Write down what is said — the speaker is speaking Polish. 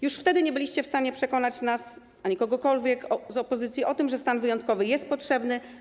Już wtedy nie byliście w stanie przekonać nas ani kogokolwiek z opozycji do tego, że stan wyjątkowy jest potrzebny.